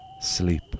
Sleep